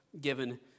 given